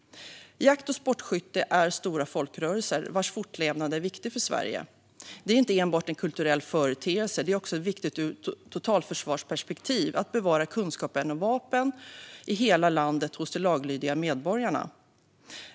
Jakt och sportskytte är stora folkrörelser vars fortlevnad är viktig för Sverige. Det är inte enbart en kulturell företeelse. Det är också viktigt ur ett totalförsvarsperspektiv att bevara kunskapen om vapen i hela landet hos de laglydiga medborgarna.